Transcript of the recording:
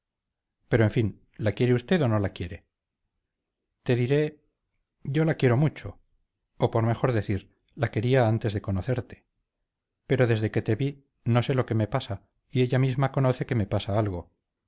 pero en fin la quiere usted o no la quiere te diré yo la quiero mucho o por mejor decir la quería antes de conocerte pero desde que te vi no sé lo que me pasa y ella misma conoce que me pasa algo